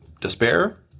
Despair